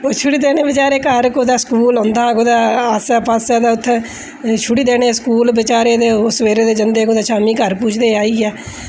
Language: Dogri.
ओह् छड्डी देने बचारे घर कुदै स्कूल होंदा हा कुदै आस्सै पास्सै ते उत्थै छुड़ी देने स्कूल बेचारे ते सवेरे दे जंदे कुदै शामी घर पुजदे आइयै